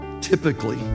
typically